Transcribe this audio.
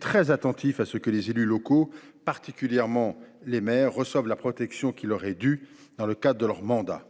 très attentif à ce que les élus locaux, particulièrement les maires, reçoivent la protection qui leur est due dans le cadre de leur mandat.